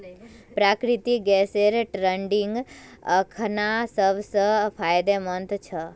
प्राकृतिक गैसेर ट्रेडिंग अखना सब स फायदेमंद छ